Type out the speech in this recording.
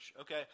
okay